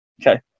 Okay